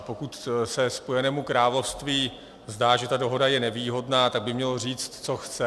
Pokud se Spojenému království zdá, že ta dohoda je nevýhodná, mělo by říct, co chce.